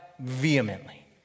vehemently